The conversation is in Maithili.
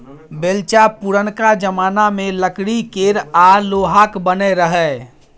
बेलचा पुरनका जमाना मे लकड़ी केर आ लोहाक बनय रहय